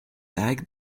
like